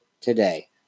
today